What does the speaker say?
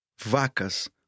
Vacas